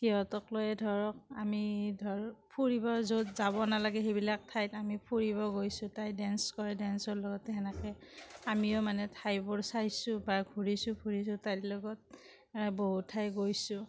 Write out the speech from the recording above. সিহঁতক লৈয়ে ধৰক আমি ধৰ ফুৰিব য'ত যাব নালাগে যিবিলাক ঠাইত আমি ফুৰিব গৈছোঁ তাই ডেঞ্চ কৰে ডেঞ্চৰ লগতে সেনেকে আমিও মানে ঠাইবোৰ চাইছোঁ বা ঘূৰিছোঁ ফুৰিছোঁ তাইৰ লগত বহুত ঠাই গৈছোঁ